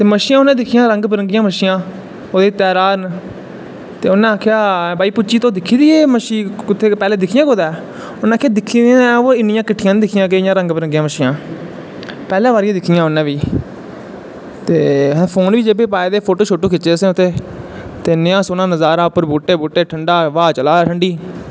मच्छियां उनैं दिक्खियां रंग बरंगियां मच्छियां तैरा'रन ते उन्नै आक्खेआ भुच्ची तूं दिक्खी दी मच्छी पैह्लैं दिक्खियां कुतै उन्नै आक्खेआ दिक्खियां ते हैन वा इन्नियां किट्ठियां नी दिक्खियां रंग बरंगियां मच्छियां पैह्लै बारी गै दिक्खियां उन्नैं बी ते असैं फोन बी जेबे च पाए दे हे फोटो शोटो खिच्चे उत्थें ते नेही सोह्ना नजारा बूह्टे ब्हा चला करै ठंडी